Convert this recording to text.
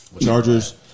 Chargers